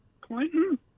Clinton